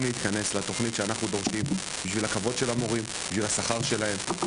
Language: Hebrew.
להתכנס לתכנית שאנחנו דורשים בשביל הכבוד והשכר של המורים.